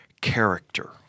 character